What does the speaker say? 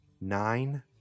nine